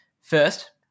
First